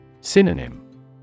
Synonym